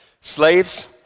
Slaves